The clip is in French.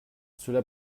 cela